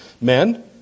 Men